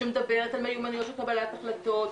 שמדברת על מיומנויות של קבלת החלטות,